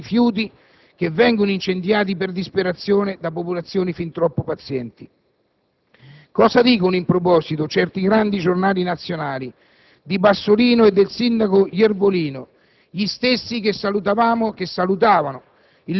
purtroppo, questa volta, il fumo delle centinaia di mucchi di rifiuti che vengono incendiati per disperazione da popolazioni fin troppo pazienti. Cosa dicono, in proposito, certi grandi giornali nazionali di Bassolino e del sindaco Iervolino,